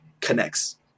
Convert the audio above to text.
connects